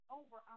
over